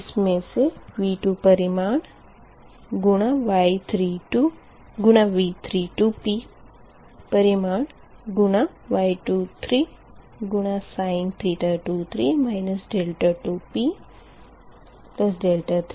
इसमें से V2 परिमाण गुणा V3p परिमाण गुणा Y23 गुणा sin 23 2p3p को घटाए